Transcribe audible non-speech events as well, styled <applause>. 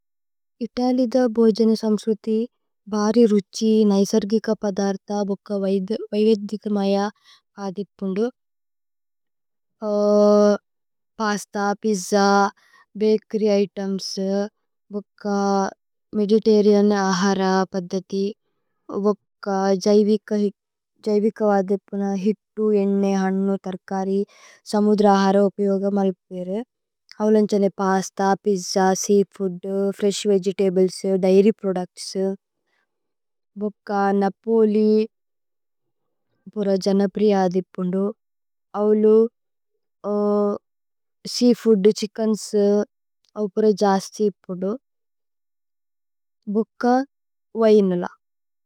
ഇതലിദ ബോജന സമ്സുഥി ബാരി രുഛി നൈസര്ഗിക। പദര്ത ബുക്ക വൈവേദ്ദിത മയ അദിപുന്ദു പസ്ത। പിജ്ജ ബകേര്യ് ഇതേമ്സ് ബുക്ക മേദിതേരിഅന് അഹര। പദ്ദതി ബുക്ക ജൈവിക അദിപുന ഹിത്തു ഏന്നേ ഹന്നു। തര്കരി സമുദ്ര അഹര ഉപ്യോഗ മല്പേരേ അവലന്। ഛനേ pasta pizza <hesitation> seafood fresh. Vegetables, dairy products, ബുക്ക നപോലി। ഉപുര ജനപ്രിയ അദിപുന്ദു അവലു സേഅഫൂദ്। ഛിച്കേന്സ് ഉപുര ജസ്തി ഇപുദു ഭുക്ക വൈനല।